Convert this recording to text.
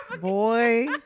boy